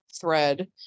thread